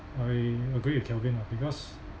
I agree with kelvin ah because